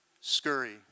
scurry